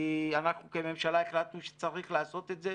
כי אנחנו כממשלה החלטנו שצריך לעשות את זה.